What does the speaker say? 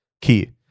key